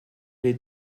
les